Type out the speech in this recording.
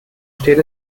steht